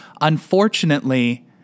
Unfortunately